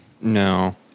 No